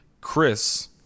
Chris